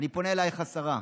אני פונה אלייך, השרה: